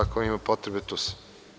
Ako ima potrebe, tu sam.